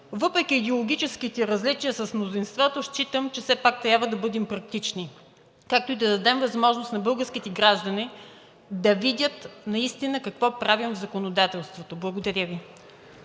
Въпреки идеологическите различия на мнозинството, считам, че все пак трябва да бъдем практични, както и да дадем възможност на българските граждани да видят наистина какво правим в законодателството. Благодаря Ви.